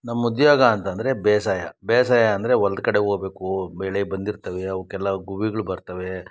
ನಮ್ಮ ಉದ್ಯೋಗ ಅಂತಂದರೆ ಬೇಸಾಯ ಬೇಸಾಯ ಅಂದರೆ ಹೊಲ್ದ ಕಡೆ ಹೋಬೇಕು ಬೆಳೆ ಬಂದಿರ್ತವೆ ಅವಕ್ಕೆಲ್ಲ ಗುಬ್ಬಿಗಳು ಬರ್ತವೆ